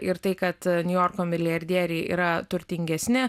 ir tai kad niujorko milijardieriai yra turtingesni